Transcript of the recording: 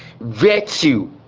virtue